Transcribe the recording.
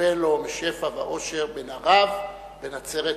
"ירווה לו משפע ואושר בן ערב, בן נצרת ובני".